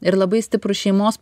ir labai stiprų šeimos